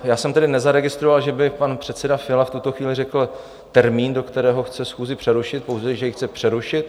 Já jsem tedy nezaregistroval, že by pan předseda Fiala v tuto chvíli řekl termín, do kterého chce schůzi přerušit, pouze že ji chce přerušit.